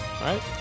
right